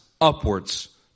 upwards